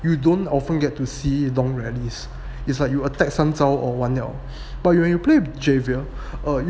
you don't often get to see long rallies it's like you attack 三招 or 完了 but you when you play javier err